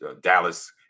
Dallas